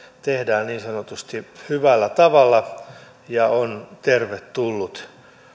tehdään niin sanotusti hyvällä tavalla ja tämä on tervetullut